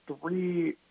three